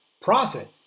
profit